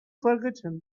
forgotten